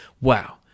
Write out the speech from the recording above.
wow